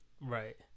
right